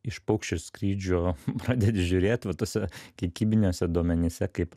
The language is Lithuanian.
iš paukščio skrydžio pradedi žiūrėt va tuose kiekybiniuose duomenyse kaip